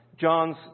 John's